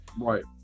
right